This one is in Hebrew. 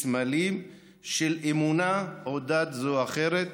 בסמלים של אמונה או דת זו או אחרת.